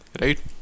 right